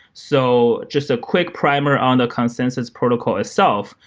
so just a quick primer on the consensus protocol itself,